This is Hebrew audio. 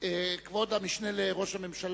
רבותי חברי הכנסת, אנחנו עוברים למטרת החוק.